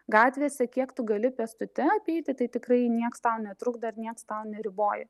gatvėse kiek tu gali pėstute apeiti tai tikrai nieks tau netrukdo ir nieks tau neriboja